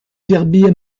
herbiers